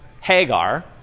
Hagar